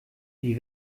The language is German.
wie